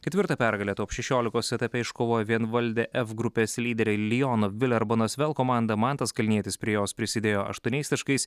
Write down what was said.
ketvirtą pergalę top šešiolikos etape iškovojo vienvaldė f grupės lyderė liono vilerbano asvel komanda mantas kalnietis prie jos prisidėjo aštuoniais taškais